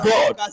God